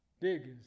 biggest